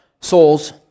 souls